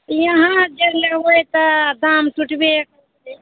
अहाँ जे लेबै तऽ दाम टुटबे करतै